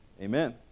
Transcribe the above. Amen